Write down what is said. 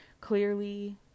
clearly